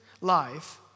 life